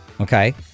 Okay